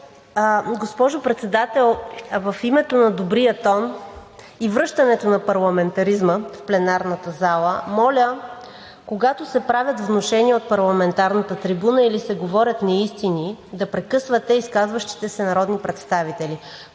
Госпожо Председател, в името на добрия тон и връщането на парламентаризма в пленарната зала, моля, когато се правят внушения от парламентарната трибуна или се говорят неистини, да прекъсвате изказващите се народни представители.